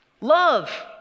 love